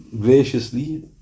graciously